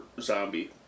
zombie